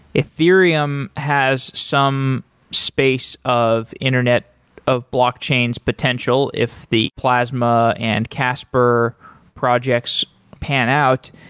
ethereum has some space of internet of blockchains potential if the plasma and casper projects pan out.